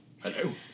Hello